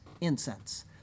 incense